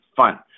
fun